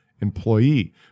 employee